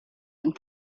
and